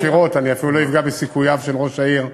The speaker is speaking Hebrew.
מאחר שנגמרו הבחירות אני אפילו לא אפגע בסיכוייו של ראש העיר,